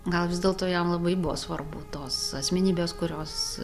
gal vis dėlto jam labai buvo svarbu tos asmenybės kurios